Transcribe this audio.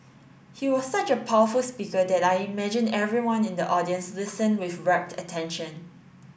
he was such a powerful speaker that I imagine everyone in the audience listened with rapt attention